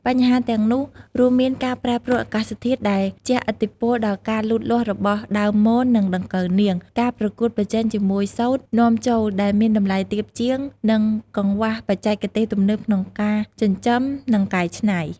បញ្ហាទាំងនោះរួមមានការប្រែប្រួលអាកាសធាតុដែលជះឥទ្ធិពលដល់ការលូតលាស់របស់ដើមមននិងដង្កូវនាង ការប្រកួតប្រជែងជាមួយសូត្រនាំចូលដែលមានតម្លៃទាបជាង និងកង្វះបច្ចេកទេសទំនើបក្នុងការចិញ្ចឹម និងកែច្នៃ។